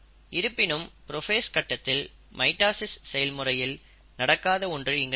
இருப்பினும் புரோஃபேஸ் கட்டத்தில் மைட்டாசிஸ் செயல்முறையில் நடக்காத ஒன்று இங்கு நடக்கும்